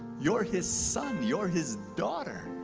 you're his son. you're his daughter.